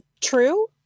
true